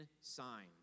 signs